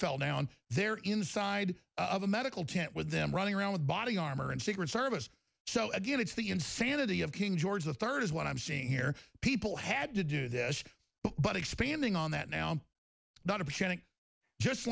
fell down there inside of a medical tent with them running around with body armor and secret service so again it's the insanity of king george the third is what i'm seeing here people had to do this but expanding on that now